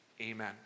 Amen